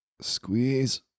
squeeze